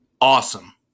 awesome